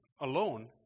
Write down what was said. alone